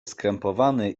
skrępowany